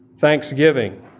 thanksgiving